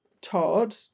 Todd